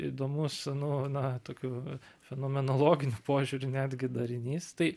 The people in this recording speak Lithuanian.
įdomus nu na tokiu fenomenologiniu požiūriu netgi darinys tai